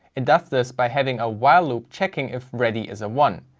it does this by having a while loop checking if ready is a one.